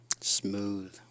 smooth